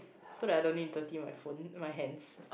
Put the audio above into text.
so that I don't need dirty my phone my hands